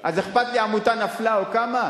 אז אכפת לי עמותה נפלה או קמה?